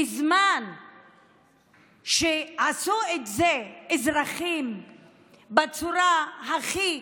בזמן שעשו את זה אזרחים בצורה הכי